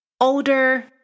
older